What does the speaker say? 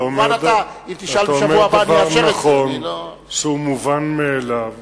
אתה אומר דבר נכון שהוא מובן מאליו